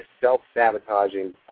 self-sabotaging